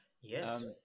Yes